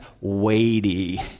weighty